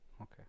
Okay